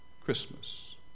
Christmas